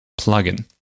plugin